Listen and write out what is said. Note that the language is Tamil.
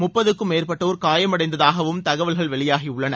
முப்பதுக்கும் மேற்பட்டோர் காயமடைந்ததாகவும் தகவல்கள் வெளியாகியுள்ளன